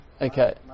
Okay